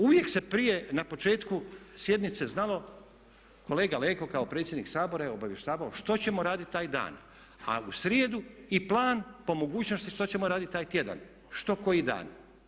Uvijek se prije na početku sjednice znalo, kolega Leko kao predsjednik Sabora je obavještavao što ćemo raditi taj dan, a u srijedu i plan po mogućnosti što ćemo raditi taj tjedan, što koji dan.